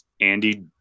Andy